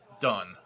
done